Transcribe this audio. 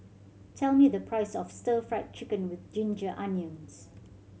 tell me the price of Stir Fried Chicken With Ginger Onions